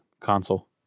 console